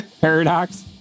Paradox